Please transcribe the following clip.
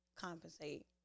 compensate